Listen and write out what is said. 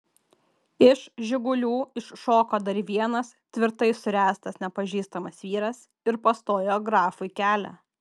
iš žigulių iššoko dar vienas tvirtai suręstas nepažįstamas vyras ir pastojo grafui kelią